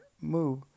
move